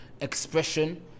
expression